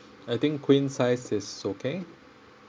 I think queen size is okay